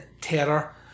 terror